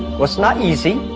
what's not easy?